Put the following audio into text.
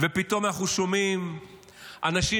ופתאום אנחנו שומעים אנשים